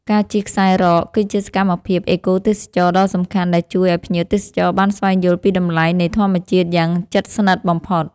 ការជិះខ្សែរ៉ក គឺជាសកម្មភាពអេកូទេសចរណ៍ដ៏សំខាន់ដែលជួយឱ្យភ្ញៀវទេសចរបានស្វែងយល់ពីតម្លៃនៃធម្មជាតិយ៉ាងជិតស្និទ្ធបំផុត។